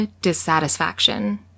dissatisfaction